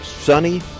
sunny